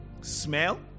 Smell